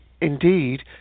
indeed